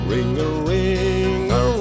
Ring-a-ring-a